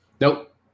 Nope